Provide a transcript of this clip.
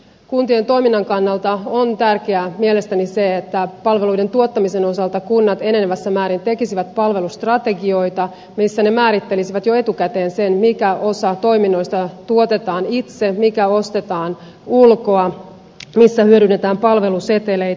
kuntien toiminnan kannalta on tärkeää mielestäni se että palveluiden tuottamisen osalta kunnat enenevässä määrin tekisivät palvelustrategioita missä ne määrittelisivät jo etukäteen sen mikä osa toiminnoista tuotetaan itse mikä ostetaan ulkoa missä hyödynnetään palveluseteleitä